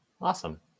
Awesome